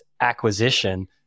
acquisition